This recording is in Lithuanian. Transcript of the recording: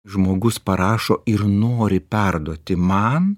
žmogus parašo ir nori perduoti man